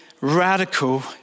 Radical